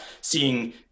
seeing